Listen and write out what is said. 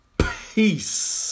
peace